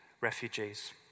refugees